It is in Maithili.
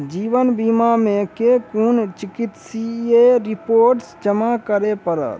जीवन बीमा मे केँ कुन चिकित्सीय रिपोर्टस जमा करै पड़त?